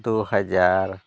ᱫᱩ ᱦᱟᱡᱟᱨ